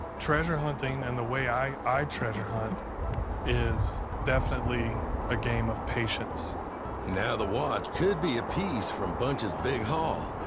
treasure hunting and the way i i treasure hunt is definitely a game of patience. narrator now, the watch could be a piece from bunch's big haul.